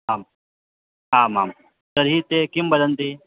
आम् आम् आं तर्हि ते किं वदन्ति